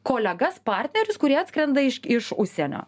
kolegas partnerius kurie atskrenda iš iš užsienio